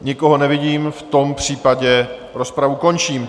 Nikoho nevidím, v tom případě rozpravu končím.